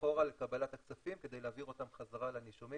אחורה לקבלת הכספים כדי להעביר אותם חזרה לנישומים